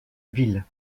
ville